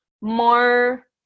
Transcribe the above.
more